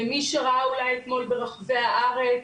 מי שראה אולי אתמול ברחבי הארץ,